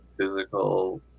physical